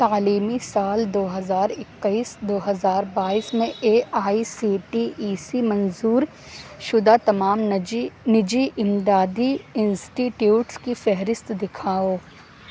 تعلیمی سال دو ہزار اکیس دو ہزار بائیس میں A I C T E C منظور شدہ تمام نجی نجی امدادی انسٹیٹیوٹس کی فہرست دکھاؤ